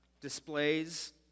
displays